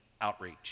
outreach